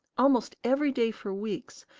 almost every day for weeks,